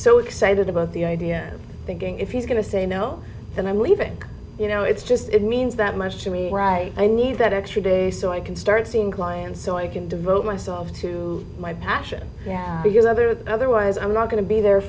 so excited about the idea thinking if he's going to say no then i'm leaving you know it's just it means that much to me right i need that extra day so i can start seeing clients so i can devote myself to my passion because other than otherwise i'm not going to be there